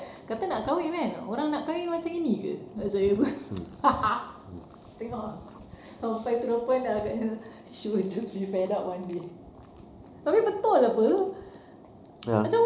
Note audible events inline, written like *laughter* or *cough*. kata nak kahwin kan orang nak kahwin macam gini ke nak cara itu *laughs* tengok sampai perempuan agaknya she will just be fed up one day tapi betul apa macam